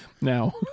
now